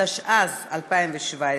התשע"ז 2017,